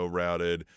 routed